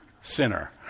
sinner